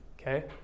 Okay